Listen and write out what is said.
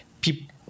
people